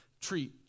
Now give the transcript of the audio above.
treat